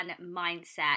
mindset